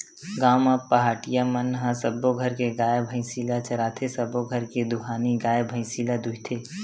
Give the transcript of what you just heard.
गाँव म पहाटिया मन ह सब्बो घर के गाय, भइसी ल चराथे, सबो घर के दुहानी गाय, भइसी ल दूहथे